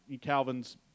Calvin's